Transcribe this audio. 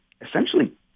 essentially